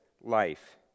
life